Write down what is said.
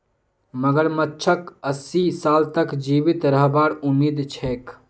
मगरमच्छक अस्सी साल तक जीवित रहबार उम्मीद छेक